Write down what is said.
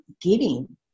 giving